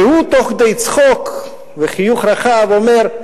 והוא תוך כדי צחוק וחיוך רחב אומר: